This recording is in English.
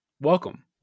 Welcome